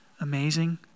amazing